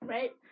Right